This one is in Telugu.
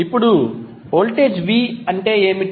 ఇప్పుడు వోల్టేజ్ v అంటే ఏమిటి